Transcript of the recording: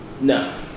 No